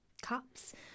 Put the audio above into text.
Cups